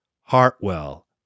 Hartwell